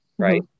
right